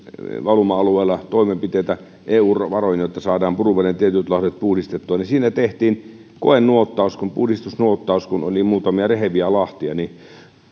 valuma alueella toimenpiteitä eu varoin jotta saadaan puruveden tietyt lahdet puhdistettua siinä tehtiin koenuottaus puhdistusnuottaus kun oli muutamia reheviä lahtia ja